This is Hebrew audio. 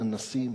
אנסים,